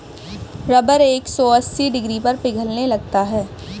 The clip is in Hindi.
रबर एक सौ अस्सी डिग्री पर पिघलने लगता है